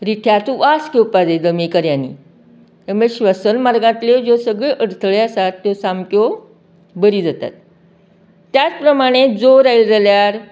रिठ्याचो वास घेवपाक जमीकऱ्यांनीं त्या मुळें स्वासन मार्गातल्यो जो सगळ्यो अरंथळ्यो आसात त्यो सामक्यो बरी जातात त्याच प्रमाणें जोर आयलो जाल्यार